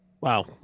Wow